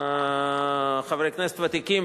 וחברי כנסת ותיקים,